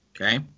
okay